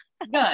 good